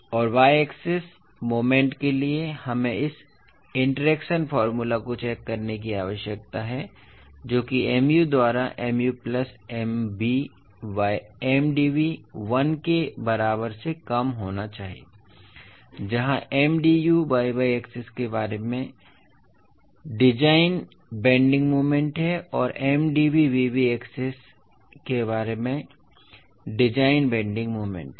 और biaxis moment के लिए हमें इस इंटरैक्शन फॉर्मूला को चेक करने की आवश्यकता है जो कि Mu द्वारा Mu plus Mv by Mdv 1 के बराबर से कम होना चाहिए जहां Mdu y y एक्सिस के बारे में डिजाइन बेन्डिंग मोमेंट है और Mdv v v एक्सिस के बारे में डिजाइन बेन्डिंग मोमेंट है